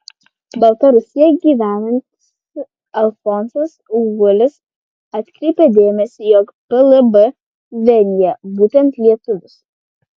baltarusijoje gyvenantis alfonsas augulis atkreipė dėmesį jog plb vienija būtent lietuvius